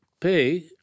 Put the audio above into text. pay